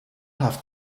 have